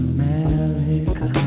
America